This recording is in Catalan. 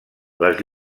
les